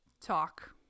talk